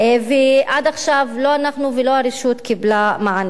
עד עכשיו, לא אנחנו ולא הרשות לא קיבלנו מענה.